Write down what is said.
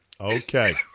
Okay